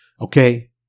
Okay